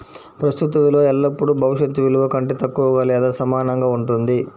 ప్రస్తుత విలువ ఎల్లప్పుడూ భవిష్యత్ విలువ కంటే తక్కువగా లేదా సమానంగా ఉంటుంది